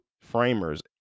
framers